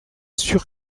sûr